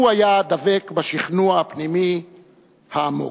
הוא היה דבק בשכנוע הפנימי העמוק.